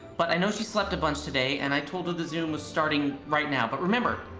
but i know she slept a bunch today and i told her the zoom was starting right now. but remember,